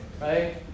right